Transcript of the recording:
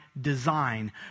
design